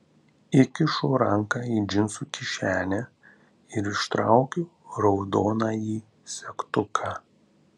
įkišu ranką į džinsų kišenę ir ištraukiu raudonąjį segtuką